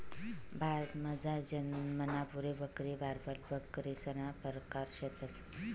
भारतमझार जमनापुरी बकरी, बार्बर बकरीसना परकार शेतंस